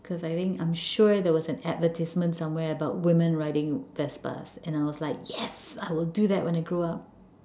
cause I think I am sure there was advertisement somewhere about women riding vespas and I was like yes I will do that when I grow up